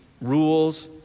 rules